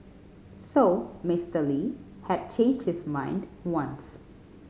so Mister Lee had changed his mind once